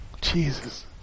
Jesus